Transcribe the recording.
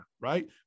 right